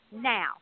now